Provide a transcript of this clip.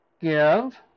give